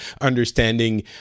understanding